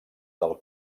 del